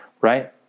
Right